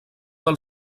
del